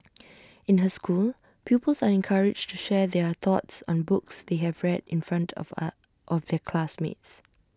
in her school pupils are encouraged to share their thoughts on books they have read in front of are offical classmates